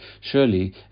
Surely